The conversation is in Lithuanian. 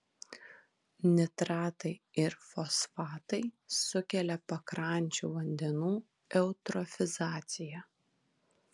nitratai ir fosfatai sukelia pakrančių vandenų eutrofizaciją